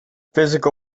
physical